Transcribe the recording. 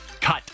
Cut